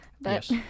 Yes